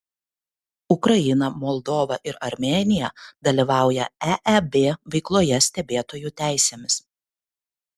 ukraina moldova ir armėnija dalyvauja eeb veikloje stebėtojų teisėmis